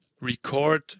record